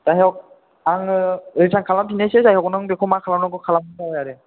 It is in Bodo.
जायहग आङो रिटार्न खालाम फिनायसै जायहग नों बेखौ मा खालामनांगौ खालामब्लानो जाबाय आरो